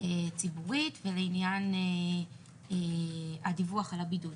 ציבורית ולעניין הדיווח על הבידוד.